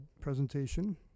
presentation